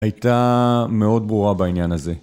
הייתה מאוד ברורה בעניין הזה.